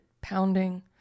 pounding